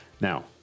Now